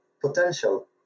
potential